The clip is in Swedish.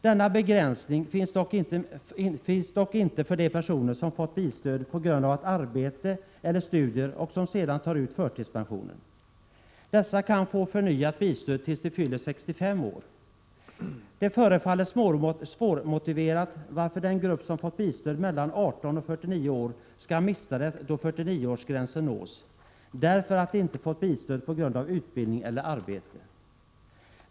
Denna begränsning finns dock inte för de personer som fått bilstöd på grund av arbete eller studier och som sedan tar ut förtidspension. Dessa kan få förnyat bilstöd tills de fyller 65 år. Det förefaller svårmotiverat att den grupp som fått bilstöd mellan 18 och 49 år skall mista det då 49-årsgränsen nås därför att de inte fått bilstöd på grund av utbildning eller arbete.